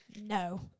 No